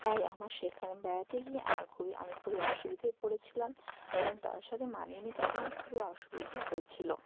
তাই আমার সেখানে বেড়াতে গিয়ে আমার খুবই আমি খুবই অসুবিধেয় পড়েছিলাম এবং তাদের সাথে মানিয়ে নিতে আমার খুবই অসুবিধে হয়েছিল